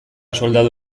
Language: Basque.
soldadu